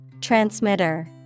transmitter